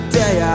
day